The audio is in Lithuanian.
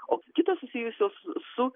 o kitos susijusios su